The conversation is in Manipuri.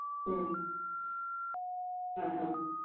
ꯎꯝ ꯑꯥ ꯑꯥ